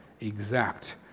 exact